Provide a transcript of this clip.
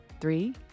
Three